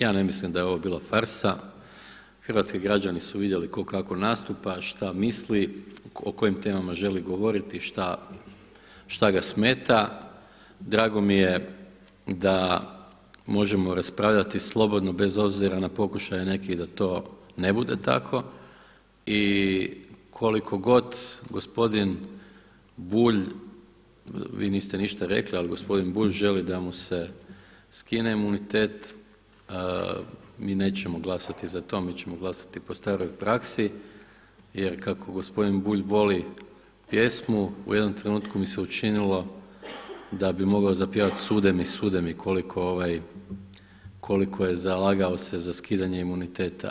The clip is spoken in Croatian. Ja ne mislim da je ovo bila farsa, hrvatski građani su vidjeli tko kako nastupa, šta misli, o kojim temama želi govoriti, šta ga smeta drago mi je da možemo raspravljati slobodno bez obzira na pokušaje nekih da to ne bude tako i koliko god gospodin Bulj, vi niste ništa rekli ali gospodin Bulj želi da mu se skine imunitet mi nećemo glasati za to, mi ćemo glasati po staroj praksi jer kako gospodin Bulj voli pjesmu u jednom trenutku mi se učinilo da bi mogao zapjevati „Sude mi, sude mi“ koliko je zalagao se za skidanje imuniteta.